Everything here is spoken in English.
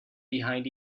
behind